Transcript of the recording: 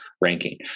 ranking